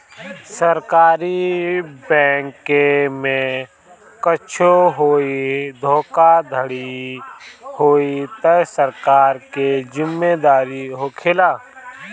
सरकारी बैंके में कुच्छो होई धोखाधड़ी होई तअ सरकार के जिम्मेदारी होखेला